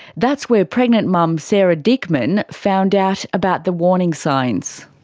that's where pregnant mum sarah diekman found out about the warning signs.